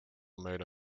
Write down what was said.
made